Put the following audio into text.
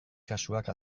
kasuak